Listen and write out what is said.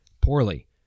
poorly